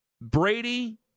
Brady